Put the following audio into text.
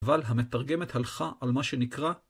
אבל המתרגמת הלכה, על מה שנקרא.